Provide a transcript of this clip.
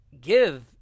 Give